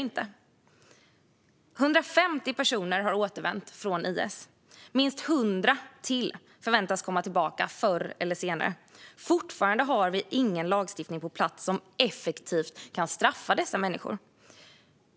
150 personer har återvänt från IS. Minst 100 till förväntas komma tillbaka förr eller senare. Fortfarande har vi ingen lagstiftning på plats som effektivt kan straffa dessa människor.